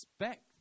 expect